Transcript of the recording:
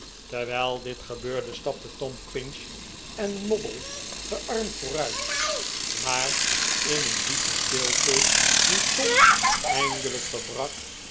terwijl dit gebeurde stapten tom pinch en moddle gearmd vooruit maar in een diepe stilte die tom eindelijk verbrak